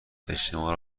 اجتماع